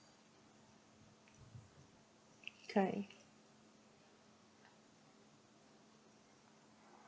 K